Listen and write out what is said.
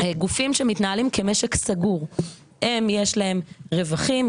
הוא הולך בהתאם למתודולוגיות בין-לאומיות ויש על זה הרבה מוסכמות.